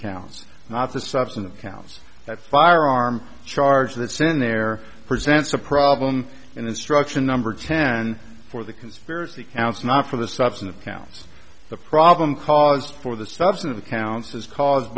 counts not the substantive counts that firearm charge that send their presents a problem and instruction number ten for the conspiracy counts not for the substantive counts the problem caused for the subset of the counts is caused